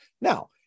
Now